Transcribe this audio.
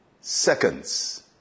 seconds